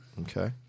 Okay